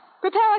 prepare